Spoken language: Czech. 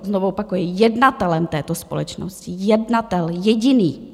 Znovu opakuji jednatelem této společnosti, jednatel jediný.